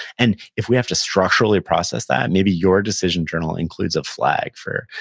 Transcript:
and if we have to structurally process that, maybe your decision journal includes a flag for,